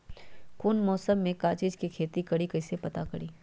कौन मौसम में का चीज़ के खेती करी कईसे पता करी?